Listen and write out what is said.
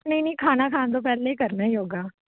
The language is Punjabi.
ਨਹੀਂ ਨਹੀਂ ਖਾਣਾ ਖਾਣ ਤੋਂ ਪਹਿਲਾਂ ਹੀ ਕਰਨਾ ਯੋਗਾ